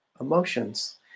emotions